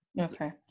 Okay